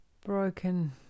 broken